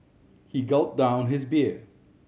he gulped down his beer